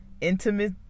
intimate